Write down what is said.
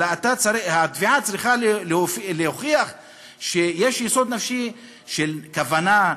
אלא התביעה צריכה להוכיח שיש יסוד נפשי של כוונה,